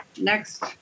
Next